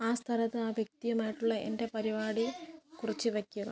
ആ സ്ഥലത്ത് ആ വ്യക്തിയുമായിട്ടുള്ള എൻ്റെ പരിപാടി കുറിച്ചു വയ്ക്കുക